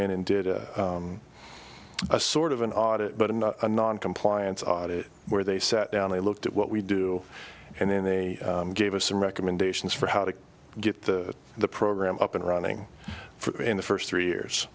in and did a sort of an audit and non compliance audit where they sat down and looked at what we do and then they gave us some recommendations for how to get the the program up and running for the first three years